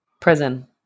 Prison